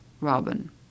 robin